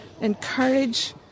encourage